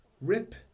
rip